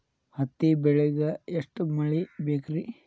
ಹತ್ತಿ ಬೆಳಿಗ ಎಷ್ಟ ಮಳಿ ಬೇಕ್ ರಿ?